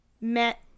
met